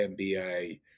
NBA